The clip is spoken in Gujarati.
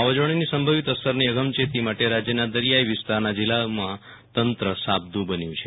વાવાઝીડાની સંભવિત અસરની અગમચેતી માટે રાજ્યના દરિયાઇ વિસ્તારના જીલ્લાઓમાંતંત્ર સાબદુ બન્યું છે